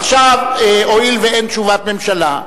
עכשיו, הואיל ואין תשובת ממשלה,